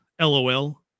lol